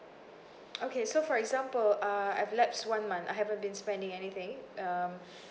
okay so for example uh I've lapsed one month I haven't been spending anything um